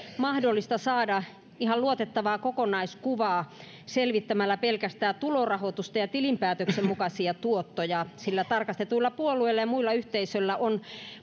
mahdollista saada ihan luotettavaa kokonaiskuvaa selvittämällä pelkästään tulorahoitusta ja tilinpäätöksen mukaisia tuottoja sillä tarkastetuilla puolueilla ja muilla yhteisöillä on